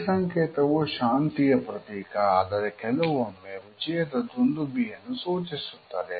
ಈ ಸಂಕೇತವು ಶಾಂತಿಯ ಪ್ರತೀಕ ಆದರೆ ಕೆಲವೊಮ್ಮೆ ವಿಜಯದ ದುಂದುಬಿ ಯನ್ನು ಸೂಚಿಸುತ್ತದೆ